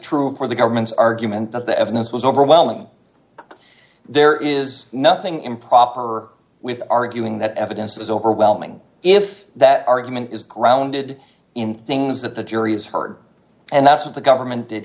true for the government's argument that the evidence was overwhelming there is nothing improper or with arguing that evidence was overwhelming if that argument is grounded in things that the jury has heard and that's what the government did